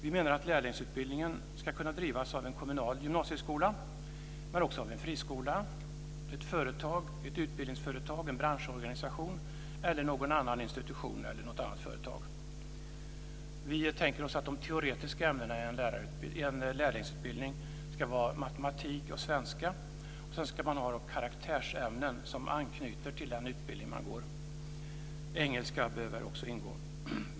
Vi menar att lärlingsutbildningen ska kunna drivas av en kommunal gymnasieskola men också av en friskola, ett utbildningsföretag, en branschorganisation eller någon annan institution eller något annat företag. Vi tänker oss att de teoretiska ämnena i en lärlingsutbildning ska vara matematik och svenska. Dessutom ska man ha karaktärsämnen som anknyter till den utbildning man går. Engelska behöver också ingå.